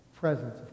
presence